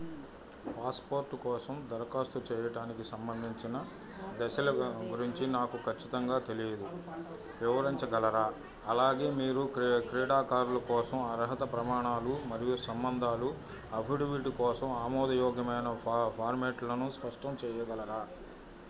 passport కోసం దరఖాస్తు చేయటానికి సంబంధించిన దశల గురించి నాకు ఖచ్చితంగా తెలీదు వివరించగలరా అలాగే మీరు క్రీ క్రీడాకారులు కోసం అర్హత ప్రమాణాలు మరియు సంబంధాలు అఫిడివిట్ కోసం ఆమోదయోగ్యమైన ఫా ఫార్మెట్లను స్పష్టం చెయ్యగలరా